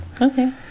Okay